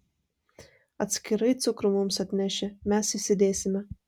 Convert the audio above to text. atskirai cukrų mums atneši mes įsidėsime